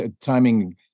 timing